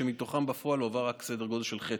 ומהם בפועל הועבר רק סדר גודל של חצי.